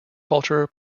culture